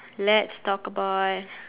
let's talk about